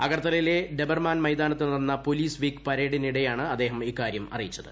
അഗർത്തലയിലെ ഡെബർമാൻ മൈതാനത്ത് ് നടന്ന പൊലീസ് വീക്ക് പരേഡിനിടെയാണ് അദ്ദേഹം അക്കാര്യം അറിയിച്ചത്